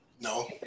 No